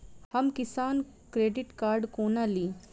हम किसान credit card कोना ली?